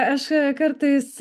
aš kartais